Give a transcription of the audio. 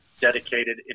dedicated